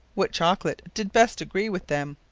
what chocolate did best agree with them?